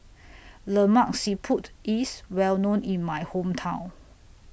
Lemak Siput IS Well known in My Hometown